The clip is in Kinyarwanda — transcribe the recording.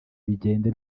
bigende